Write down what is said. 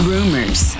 Rumors